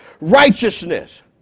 righteousness